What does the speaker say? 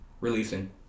Releasing